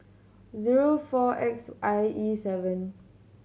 zero four X I E seven